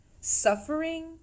suffering